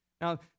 Now